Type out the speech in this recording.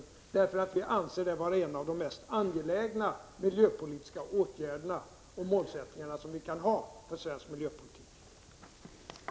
Vi gör det därför att vi anser det vara en av de mest angelägna målsättningar som vi kan ha för svensk miljöpolitik.